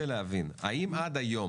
האם עד היום